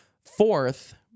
Fourth